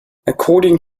according